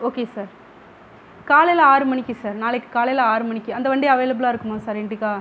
okay sir காலையில் ஆறு மணிக்கு நாளைக்கு காலையில் ஆறு மணிக்கு அந்த வண்டி அவைலபிளாக இருக்குமா சார் இண்டிகா